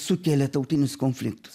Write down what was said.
sukėlė tautinius konfliktus